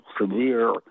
severe